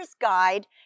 Guide